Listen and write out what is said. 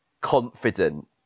confident